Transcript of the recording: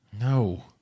No